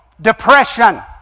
Depression